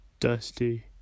Dusty